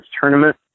tournament